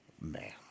man